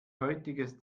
heutiges